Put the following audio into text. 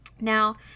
Now